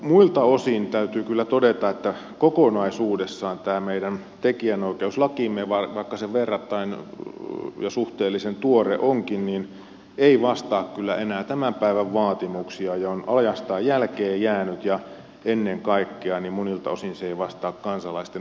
muilta osin täytyy kyllä todeta että kokonaisuudessaan tämä meidän tekijänoikeuslakimme vaikka se verrattain ja suhteellisen tuore onkin ei vastaa kyllä enää tämän päivän vaatimuksia ja on ajastaan jälkeen jäänyt ja ennen kaikkea monilta osin se ei vastaa kansalaisten oikeustajua